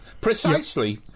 Precisely